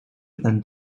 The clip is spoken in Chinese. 日本